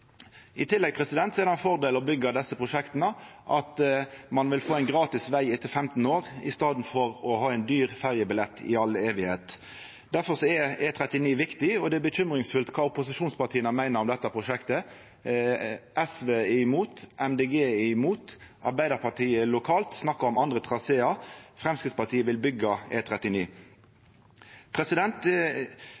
I tillegg er fordelen med å byggja desse prosjekta at me vil få ein gratis veg etter 15 år i staden for å ha ein dyr ferjebillett i all æve. Difor er E39 viktig, og det er bekymringsfullt kva opposisjonspartia meiner om dette prosjektet – SV er imot, Miljøpartiet Dei Grøne er imot, Arbeidarpartiet lokalt snakkar om andre trasear. Framstegspartiet vil byggja E39. Sjølv om eg har snakka masse om E39, er